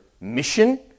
mission